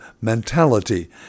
mentality